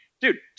Dude